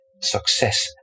success